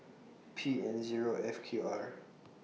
P N Zero F Q R